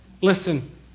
Listen